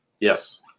Yes